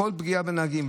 בכל פגיעה בנהגים,